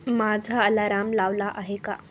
माझा अलाराम लावला आहे का